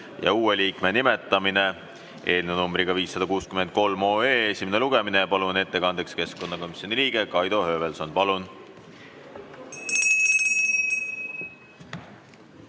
ja uue liikme nimetamine" eelnõu 563 esimene lugemine. Palun ettekandeks keskkonnakomisjoni liikme Kaido Höövelsoni. Palun!